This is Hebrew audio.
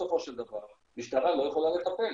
בסופו של דבר משטרה לא יכולה לטפל,